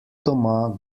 doma